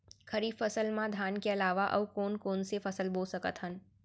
खरीफ फसल मा धान के अलावा अऊ कोन कोन से फसल बो सकत हन?